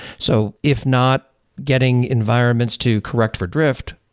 so if not getting environments to correct for drift,